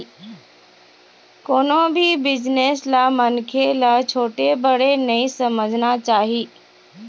कोनो भी बिजनेस ल मनखे ल छोटे बड़े नइ समझना चाही